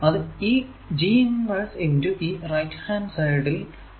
അത് ഈ G inverse x ഈ റൈറ്റ് ഹാൻഡ് സൈഡിൽ ഉളള തുക